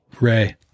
Ray